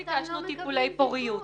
לא ביקשנו טיפולי פוריות.